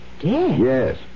Yes